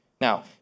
Now